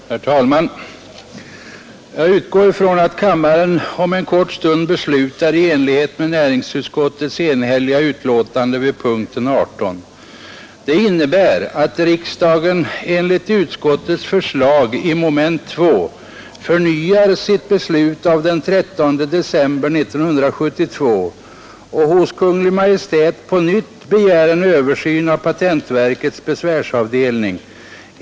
Herr talman! Jag utgår från att kammaren om en kort stund beslutar i enlighet med näringsutskottets enhälliga förslag under punkten 18. Det innebär att riksdagen enligt utskottets förslag i mom. 2 förnyar sitt beslut av den 13 december 1972 och hos Kungl. Maj:t på nytt begär en översyn av patentverkets besvärsavdelning.